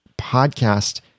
podcast